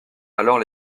alors